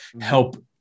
help